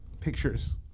pictures